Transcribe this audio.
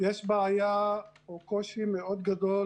יש בעיה או קושי מאוד גדול